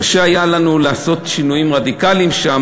קשה היה לנו לעשות שינויים רדיקליים שם,